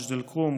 מג'ד אל-כרום,